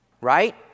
right